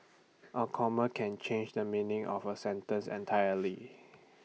A comma can change the meaning of A sentence entirely